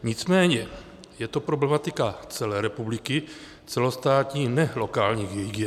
Nicméně je to problematika celé republiky, celostátní, ne lokálních hygien.